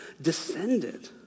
descended